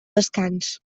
descans